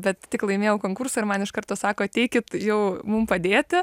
bet tik laimėjau konkursą ir man iš karto sako ateikit jau mum padėti